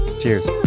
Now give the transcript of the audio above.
Cheers